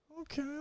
Okay